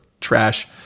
trash